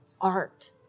art